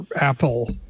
Apple